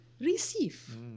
receive